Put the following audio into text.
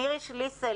מירי שליסל,